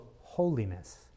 holiness